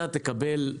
אתה תקבל,